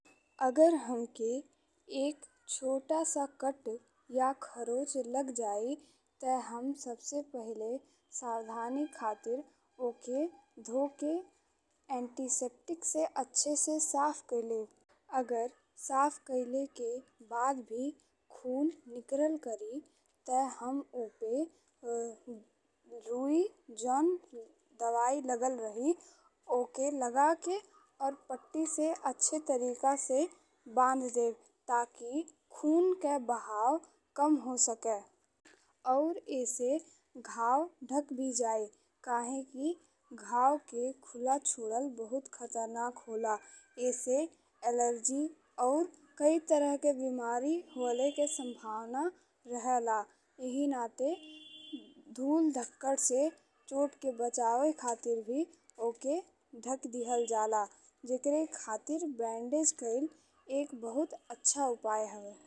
अगर हमके एक छोटा सा कट या खरोंच लग जाए ते हम सबसे पहिले सावधानी खातिर ओके धो के एंटीसेप्टिक से अच्छे से साफ कइ लेब। अगर साफ कईले के बाद भी खून निकरल करी ते हम ओपे रूई जौ दवाई लगल रही ओके लगा के और पट्टी से अच्छे तरीका से बांध देब। ताकि खून के बहाव कम हो सके और एसे घाव ढक भी जाए काहेकि घर के खुला छोड़ल बहुत खतरनाक होला। एसे एलर्जी और कई तरह के बीमारी होले के संभावना रहेला। एहि नाते धूल धकड़ से चोट के बचावे खातिर भी ओके ढकी दिहल जाला। जेकरे खातिर बैन्डिज कइल एक बहुत अच्छा उपाय हवे।